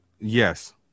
Yes